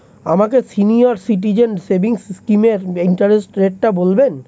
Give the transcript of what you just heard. আমাকে senior citizen savings স্কিমের interest রেটটা বলবেন